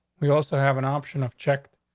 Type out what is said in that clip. we also have an option of check.